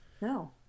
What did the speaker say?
No